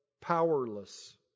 powerless